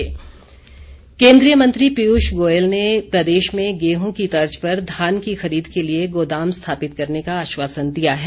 आश्वासन केन्द्रीय मंत्री पियूष गोयल ने प्रदेश में गेहूं की तर्ज पर धान की खरीद के लिए गोदाम स्थापित करने का आश्वासन दिया है